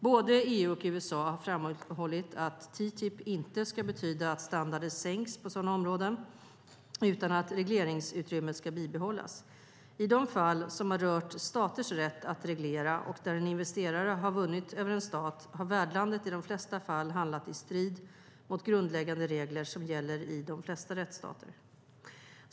Både EU och USA har framhållit att TTIP inte ska betyda att standarder sänks på sådana områden utan att regleringsutrymmet ska bibehållas. I de fall som har rört staters rätt att reglera och där en investerare har vunnit över en stat har värdlandet i de flesta fall handlat i strid med grundläggande regler som gäller i de flesta rättsstater.